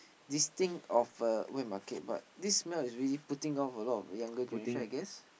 this thing of a wet market but this smell is really putting a lot of younger generation I guess